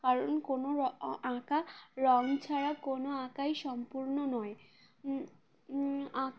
কারণ কোনো আঁকা রঙ ছাড়া কোনো আঁকাই সম্পূর্ণ নয় আঁকা